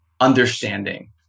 understanding